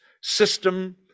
system